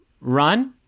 run